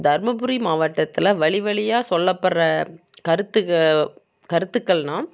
தர்மபுரி மாவட்டத்தில் வழி வழியாக சொல்லப்படுற கருத்துக்கள் கருத்துக்கள்னா